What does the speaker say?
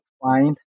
find